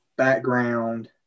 background